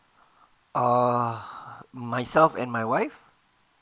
uh myself and my wife